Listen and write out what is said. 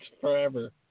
forever